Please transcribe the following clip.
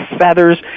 feathers